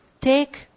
take